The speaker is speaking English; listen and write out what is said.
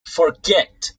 forget